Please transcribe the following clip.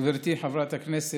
גברתי חברת הכנסת,